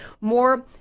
more